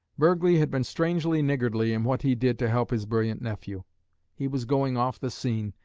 burghley had been strangely niggardly in what he did to help his brilliant nephew he was going off the scene,